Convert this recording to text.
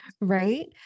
right